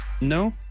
No